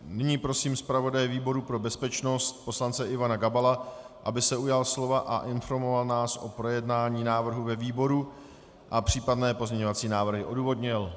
Nyní prosím zpravodaje výboru pro bezpečnost poslance Ivana Gabala, aby se ujal slova a informoval nás o projednání návrhu ve výboru a případné pozměňovací návrhy odůvodnil.